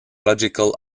logical